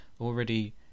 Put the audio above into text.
already